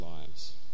lives